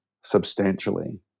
substantially